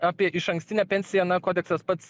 apie išankstinę pensiją na kodeksas pats